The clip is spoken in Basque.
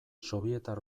sobietar